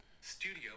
studio